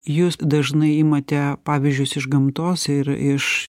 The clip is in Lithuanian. jūs dažnai imate pavyzdžius iš gamtos ir iš